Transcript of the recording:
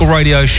Radio